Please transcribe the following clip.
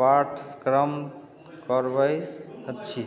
पाठ्यक्रम करबैत अछि